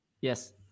Yes